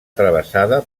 travessada